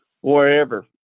wherever